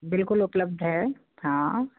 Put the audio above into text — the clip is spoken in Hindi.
बिल्कुल उपलब्ध है हाँ